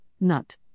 nut